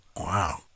wow